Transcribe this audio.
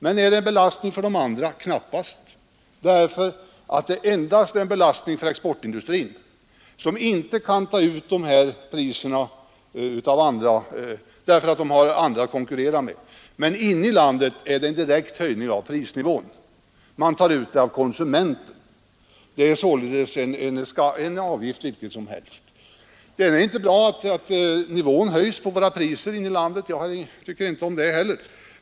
Men är det en belastning för de andra? Knappast. Det är endast en belastning för exportindustrin, som inte kan ta ut dessa priser av andra därför att de har utländska företag att konkurrera med. Men inne i landet blir det en direkt höjning av prisnivån; man tar ut kostnaderna av konsumenten. Det är således en avgift vilken som helst. Det är inte bra att nivån höjs på våra priser inne i landet — jag tycker inte om det heller.